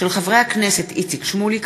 חברי הכנסת איציק שמולי,